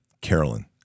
Carolyn